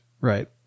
right